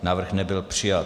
Návrh nebyl přijat.